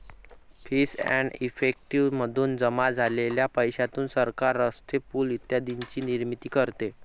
fees and effective मधून जमा झालेल्या पैशातून सरकार रस्ते, पूल इत्यादींची निर्मिती करते